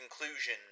conclusion